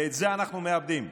ואת זה אנחנו מאבדים.